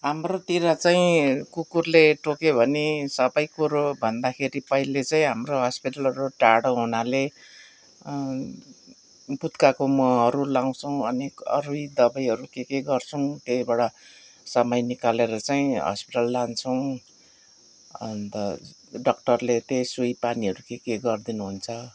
हाम्रोतिर चाहिँ कुकुरले टोक्यो भने सबै कुरो भन्दा पहिले चाहिँ हाम्रो हस्पिटलहरू टाढो हुनाले पुत्काको महहरू लगाउँछौँ अनि अरू दबाईहरू के के गर्छौँ त्यहीबाट समय निकालेर चाहिँ हस्पिटल लान्छौँ अन्त डक्टरले त्यही सुई पानीहरू के के गरिदिनुहुन्छ